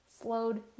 slowed